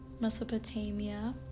Mesopotamia